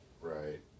Right